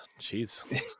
Jeez